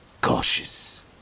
cautious